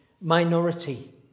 minority